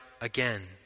again